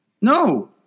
no